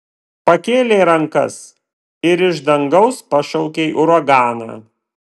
pakėlei rankas ir iš dangaus pašaukei uraganą